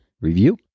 Review